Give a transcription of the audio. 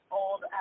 old